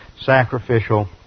sacrificial